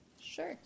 Sure